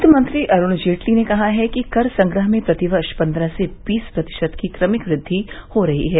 वित्तमंत्री अरूण जेटली ने कहा है कि कर संग्रह में प्रतिवर्ष पन्द्रह से बीस प्रतिशत की क्रमिक वृद्धि हो रही है